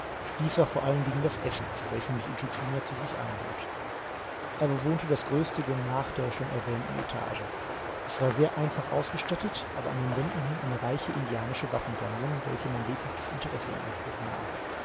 dies war vor allen dingen das essen zu welchem mich intschu tschuna zu sich einlud er bewohnte das größte gemach der schon erwähnten etage es war sehr einfach ausgestattet aber an den wänden hing eine reiche indianische waffensammlung welche mein lebhaftes interesse in anspruch nahm